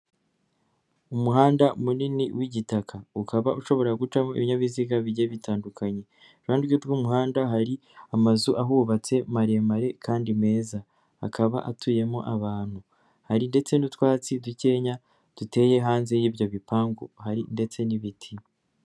Umuhanda munini w'igitaka, ukaba ushobora gucamo ibinyabiziga bigiye bitandukanye, uruhande rwo hepfo y'uwo muhanda hari amazu ahubatse maremare kandi meza, akaba atuyemo abantu. Hari ndetse n'utwatsi dukenya duteye hanze y'ibyo bipangu, ndetse n'ibiti.